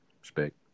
respect